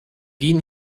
gehen